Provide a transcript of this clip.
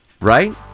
Right